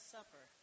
Supper